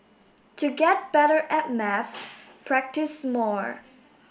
to get better at maths practise more